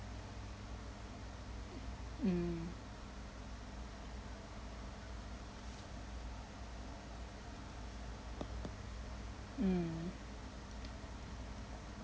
mm mm